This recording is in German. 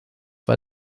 war